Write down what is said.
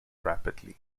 rapidly